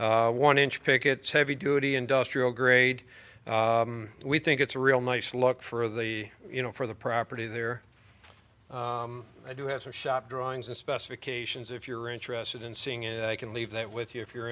that one inch pickets heavy duty industrial grade we think it's a real nice look for the you know for the property there i do have a shop drawings and specifications if you're interested in seeing it i can leave that with you if you're